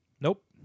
Nope